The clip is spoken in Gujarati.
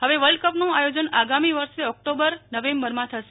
હવે વર્લ્ડ કપનું આયોજન આંગ્રામી વર્ષે ઓક્ટોબર નવેમ્બરમાં થશે